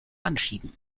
anschieben